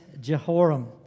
Jehoram